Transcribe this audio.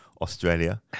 Australia